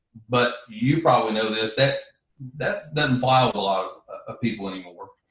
but you probably know this that that doesn't flow with a lot of people anymore,